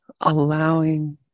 allowing